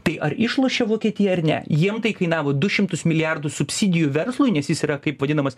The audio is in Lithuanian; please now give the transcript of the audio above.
tai ar išlošia vokietija ar ne jiem tai kainavo du šimtus milijardų subsidijų verslui nes jis yra kaip vadinamas